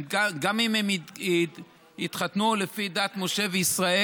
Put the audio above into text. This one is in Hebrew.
גם אם הם התחתנו לפי דת משה וישראל,